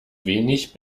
wenig